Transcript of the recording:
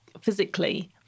physically